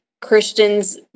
Christian's